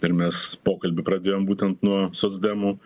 ir mes pokalbį pradėjom būtent nuo socdemų